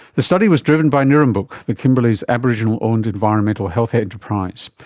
the study was driven by nirrumbuk, the kimberley's aboriginal-owned environmental health enterprise.